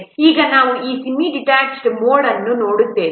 ಈಗ ನಾವು ಈ ಸೆಮಿ ಡಿಟ್ಯಾಚ್ಡ್ ಮೋಡ್ ಅನ್ನು ನೋಡುತ್ತೇವೆ